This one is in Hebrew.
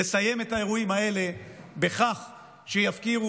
לסיים את האירועים האלה בכך שיפקירו